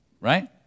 right